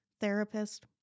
Therapist